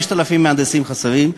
5,000 מהנדסים חסרים,